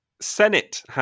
Senate